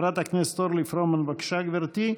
חברת הכנסת אורלי פרומן, בבקשה, גברתי.